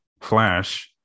Flash